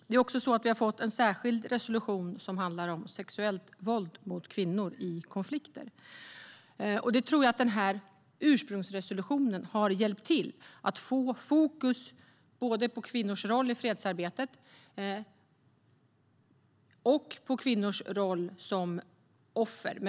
Vi har också fått en särskild resolution som handlar om sexuellt våld mot kvinnor i konflikter. Ursprungsresolutionen har hjälpt till att få fokus på kvinnors roll i fredsarbetet och på kvinnors roll som offer.